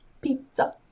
Pizza